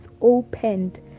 opened